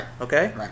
Okay